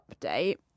update